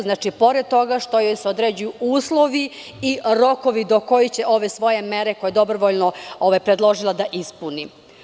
Znači, pored toga što joj se određuju uslovi i rokovi do koje će ove svoje mere koje je dobrovoljno predložila da ispuni.